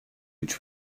which